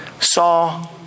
saw